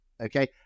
Okay